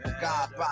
God